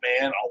Man